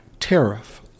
tariff